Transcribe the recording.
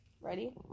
Ready